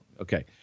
Okay